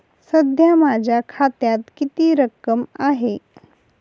सध्या माझ्या खात्यात किती रक्कम आहे?